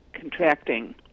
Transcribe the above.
contracting